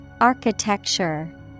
architecture